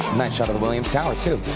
nice shot of the williams tower, too.